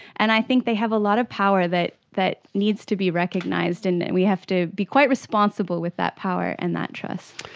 and i think they have a lot of power that that needs to be recognised and that and we have to be quite responsible with that power and that trust.